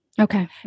Okay